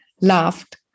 laughed